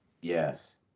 Yes